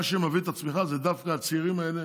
מה שמביא את הצמיחה זה דווקא הצעירים האלה